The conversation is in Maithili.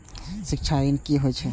शिक्षा ऋण की होय छै?